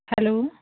hello